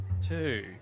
Two